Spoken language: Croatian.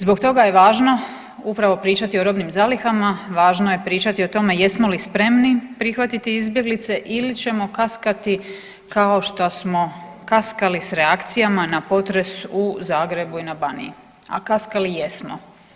Zbog toga je važno upravo pričati o robnim zalihama, važno je pričati o tome jesmo li spremni prihvatiti izbjeglice ili ćemo kaskati kao što smo kaskali s reakcijama na potres u Zagrebu i na Baniji, a kaskali jesmo.